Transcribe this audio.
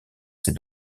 ces